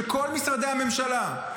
של כל משרדי הממשלה,